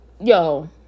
yo